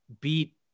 beat